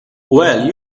well